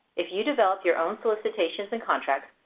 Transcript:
if you develop your own solicitations and contracts,